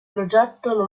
progetto